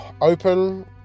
open